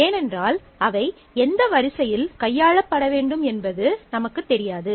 ஏனென்றால் அவை எந்த வரிசையில் கையாளப்பட வேண்டும் என்பது நமக்குத் தெரியாது